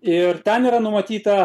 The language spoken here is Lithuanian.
ir ten yra numatyta